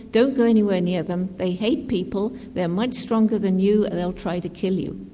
don't go anywhere near them, they hate people, they're much stronger than you and they'll try to kill you.